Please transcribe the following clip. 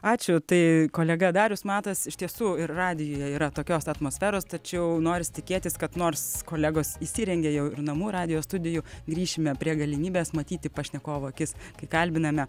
ačiū tai kolega darius matas iš tiesų ir radijuje yra tokios atmosferos tačiau norisi tikėtis kad nors kolegos įsirengė jau ir namų radijo studijų grįšime prie galimybės matyti pašnekovo akis kai kalbiname